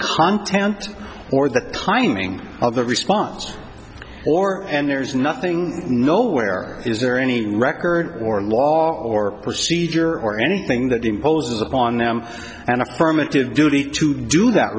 content or the timing of the response or and there's nothing nowhere is there any record or law or or anything that imposes upon them and affirmative duty to do that